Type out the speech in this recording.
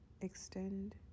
Extend